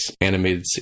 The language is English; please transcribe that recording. animated